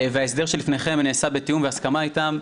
וההסדר שלפניכם נעשה בתיאום והסכמה איתם.